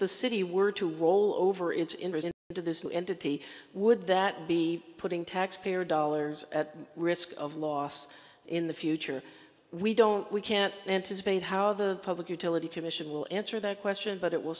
the city were to roll over its interest to this new entity would that be putting taxpayer dollars at risk of loss in the future we don't we can't anticipate how the public utility commission will answer that question but it will